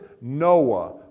Noah